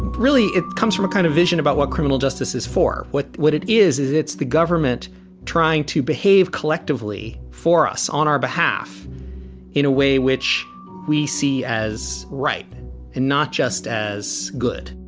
really, it comes from a kind of vision about what criminal justice is for, what what it is, it's the government trying to behave collectively for us on our behalf in a way which we see as ripe and not just as good.